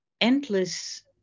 endless